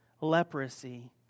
Leprosy